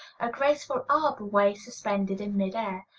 a graceful arbor-way suspended in mid-air.